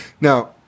now